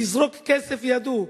לזרוק כסף ידעו,